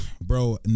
bro